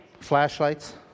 Flashlights